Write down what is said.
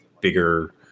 bigger